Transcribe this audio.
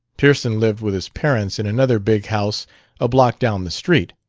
pearson lived with his parents in another big house a block down the street.